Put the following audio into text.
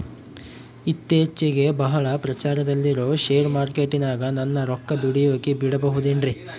ಇತ್ತೇಚಿಗೆ ಬಹಳ ಪ್ರಚಾರದಲ್ಲಿರೋ ಶೇರ್ ಮಾರ್ಕೇಟಿನಾಗ ನನ್ನ ರೊಕ್ಕ ದುಡಿಯೋಕೆ ಬಿಡುಬಹುದೇನ್ರಿ?